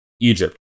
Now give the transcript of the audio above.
Egypt